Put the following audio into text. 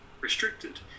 restricted